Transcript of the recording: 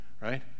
right